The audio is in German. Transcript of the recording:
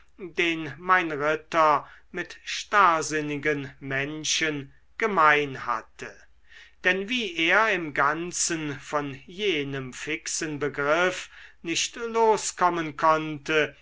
den mein ritter mit starrsinnigen menschen gemein hatte denn wie er im ganzen von jenem fixen begriff nicht loskommen konnte